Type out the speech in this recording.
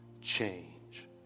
change